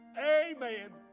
Amen